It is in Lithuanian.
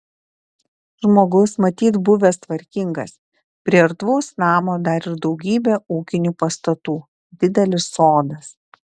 žmogus matyt buvęs tvarkingas prie erdvaus namo dar ir daugybė ūkinių pastatų didelis sodas